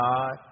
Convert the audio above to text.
God